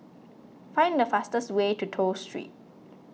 find the fastest way to Toh Street